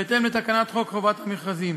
בהתאם לתקנות חובת המכרזים.